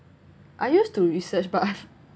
I used to research but